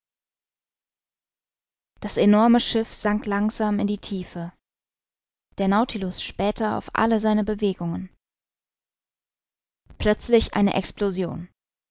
das enorme schiff sank langsam in die tiefe der nautilus spähte auf alle seine bewegungen plötzlich eine explosion